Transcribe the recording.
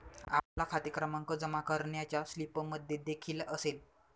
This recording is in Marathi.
आपला खाते क्रमांक जमा करण्याच्या स्लिपमध्येदेखील असेल